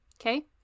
Okay